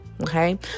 okay